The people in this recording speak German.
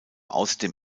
außerdem